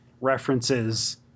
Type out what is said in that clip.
references